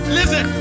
Listen